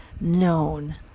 known